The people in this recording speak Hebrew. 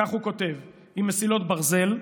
כך הוא כותב, "עם מסילות ברזל,